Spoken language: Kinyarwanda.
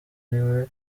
ariwe